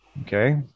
okay